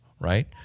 right